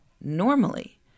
normally